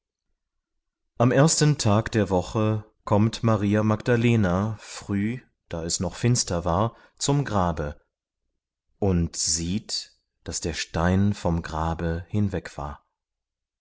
am ersten tag der woche kommt maria magdalena früh da es noch finster war zum grabe und sieht daß der stein vom grabe hinweg war